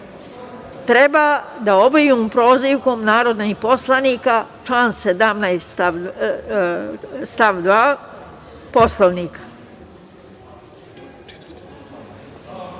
treba da obavimo prozivkom narodnih poslanika, član 10. stav 2. Poslovnika. Pre